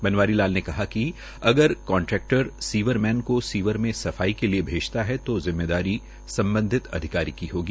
बनवारी लाल ने कहा कि अगर कांट्रेक्टर सीवर मैन को सीवर में सफाई के लिए भेजता है तो जिम्मेदारी संबंधित अधिकारी की होगी